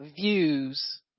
views